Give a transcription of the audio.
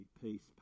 peace